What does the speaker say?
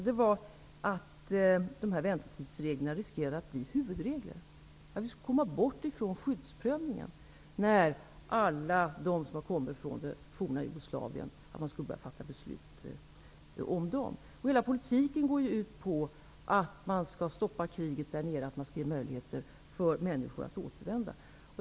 Det var att väntetidsreglerna riskerade att bli huvudregler och att vi skulle komma bort från skyddsprövningen när man skulle fatta beslut om alla de som kommer från det tidigare Jugoslavien. Hela politiken går ut på att man skall stoppa kriget där nere och att man skall ge möjligheter för människor att återvända.